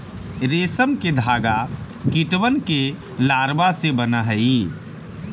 रेशम के धागा कीटबन के लारवा से बन हई